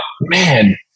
man